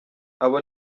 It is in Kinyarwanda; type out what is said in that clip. abo